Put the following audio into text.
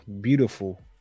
beautiful